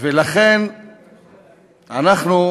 עתידי ולתקוות שלום.